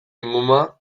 inguma